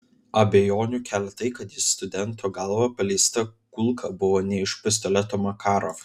abejonių kelia tai kad į studento galvą paleista kulka buvo ne iš pistoleto makarov